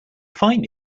find